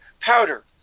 powder